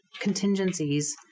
contingencies